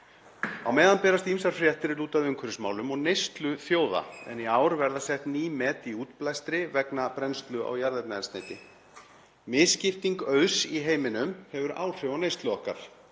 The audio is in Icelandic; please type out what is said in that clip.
Á meðan berast ýmsar fréttir er lúta að umhverfismálum og neyslu þjóða en í ár verða sett ný met í útblæstri vegna brennslu á jarðefnaeldsneyti. Misskipting auðs í heiminum hefur áhrif á neyslu okkar.